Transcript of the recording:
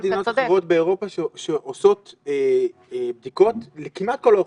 יש מדינות אחרות באירופה שעושות בדיקות כמעט לכל האוכלוסייה.